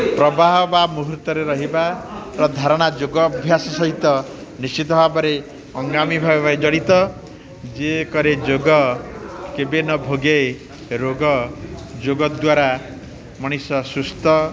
ପ୍ରବାହ ବା ମୁହୂର୍ତ୍ତରେ ରହିବାର ଧାରଣା ଯୋଗ ଅଭ୍ୟାସ ସହିତ ନିଶ୍ଚିତ ଭାବରେ ଅଙ୍ଗାମୀ ଭାବେ ଜଡ଼ିତ ଯେ କରେ ଯୋଗ କେବେ ନ ଭୋଗେ ରୋଗ ଯୋଗ ଦ୍ୱାରା ମଣିଷ ସୁସ୍ଥ